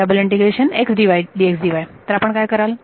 तर आपण काय कराल